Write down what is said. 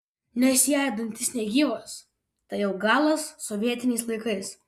nes jei dantis negyvas tai jau galas sovietiniais laikais